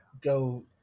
go